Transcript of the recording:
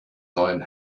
neuen